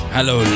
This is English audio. Hello